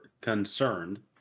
concerned